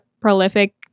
prolific